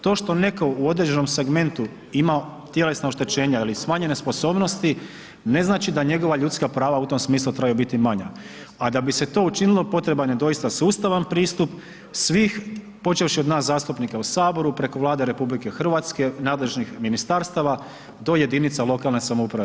To što netko u određenom segmentu ima tjelesna oštećenja ili smanjene sposobnosti, ne znači da njegova ljudska prava u tom smislu trebaju biti manja, a da bi se to učinilo, potreban je doista sustavan pristup svih, počevši od nas zastupnika u Saboru, preko Vlade RH, nadležnih ministarstava do jedinica lokalne samouprave.